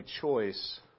choice